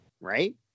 Right